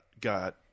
got